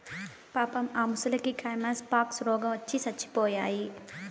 పాపం ఆ మొసల్లకి కైమస్ పాక్స్ రోగవచ్చి సచ్చిపోయాయి